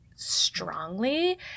strongly